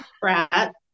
brat